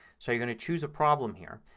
so you're going to choose a problem here.